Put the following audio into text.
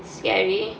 scary